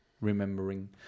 remembering